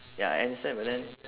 ya I understand but then